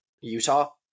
Utah